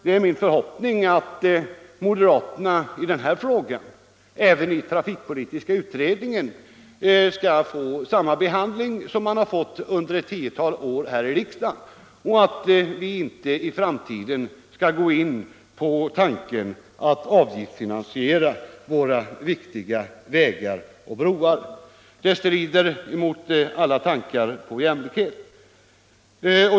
Det är min förhoppning att moderaternas framstöt även i trafikpolitiska utredningen i denna fråga skall få samma behandling som den har fått under ett tiotal år här i riksdagen och att vi inte i framtiden skall gå in på tanken att avgiftsfinansiera våra viktiga vägar och broar — det strider mot alla tankar på jämlikhet.